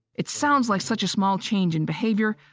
it sounds like such a small change in behavior,